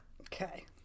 Okay